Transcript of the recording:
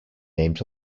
named